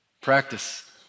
Practice